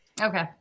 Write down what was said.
Okay